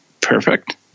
perfect